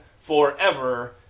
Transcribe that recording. forever